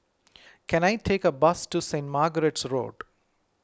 can I take a bus to Saint Margaret's Road